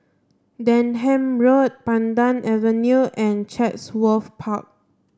Denham Road Pandan Avenue and Chatsworth Park